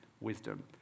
wisdom